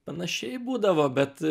panašiai būdavo bet